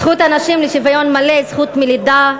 זכות הנשים לשוויון מלא היא זכות מלידה,